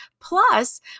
Plus